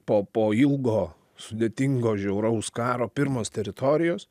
po po ilgo sudėtingo žiauraus karo pirmos teritorijos